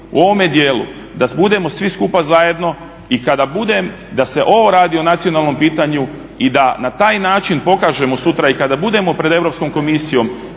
u ovome dijelu da budemo svi skupa zajedno i kada bude da se ovo radi o nacionalnom pitanju i da na taj način pokažemo sutra i kada budemo pred Europskom komisijom